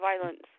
violence